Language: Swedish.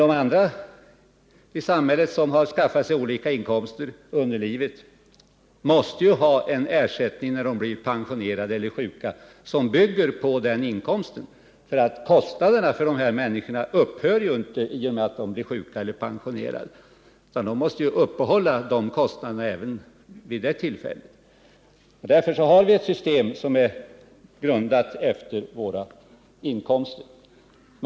Men de i samhället som under livet skaffat sig olika inkomster måste när de blir pensionerade eller sjuka ha en ersättning som bygger på den inkomsten. Kostnaderna för dessa människor upphör ju inte i och med att de blir sjuka eller pensionerade. De måste klara sina kostnader även då. Därför har vi ett system som grundar sig på våra inkomster.